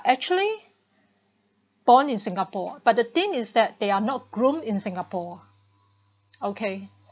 actually born in singapore but the thing is that they are not groom in singapore okay